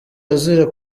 azira